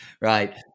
right